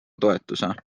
toetuse